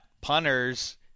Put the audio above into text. punters